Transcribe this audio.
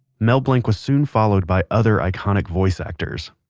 mel blanc was soon followed by other iconic voice actors.